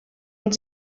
und